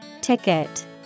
Ticket